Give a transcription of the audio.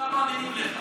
כולם מאמינים לך.